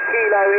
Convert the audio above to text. Kilo